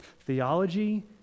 Theology